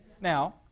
Now